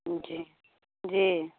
जी जी